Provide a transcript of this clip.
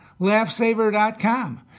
LaughSaver.com